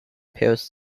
paris